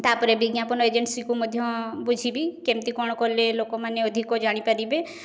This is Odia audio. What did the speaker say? ତା'ପରେ ବିଜ୍ଞାପନ ଏଜେନ୍ସିକୁ ମଧ୍ୟ ବୁଝିବି କେମତି କ'ଣ କଲେ ଲୋକମାନେ ଅଧିକ ଜାଣିପାରିବେ